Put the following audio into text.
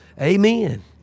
Amen